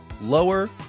lower